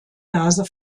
nase